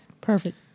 Perfect